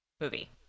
movie